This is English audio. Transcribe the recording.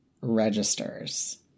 registers